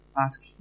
Ask